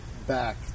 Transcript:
back